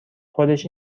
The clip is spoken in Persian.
خودش